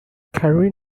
karin